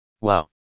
Wow